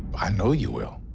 i know you will